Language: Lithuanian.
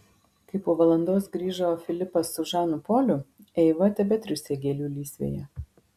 kai po valandos grįžo filipas su žanu poliu eiva tebetriūsė gėlių lysvėje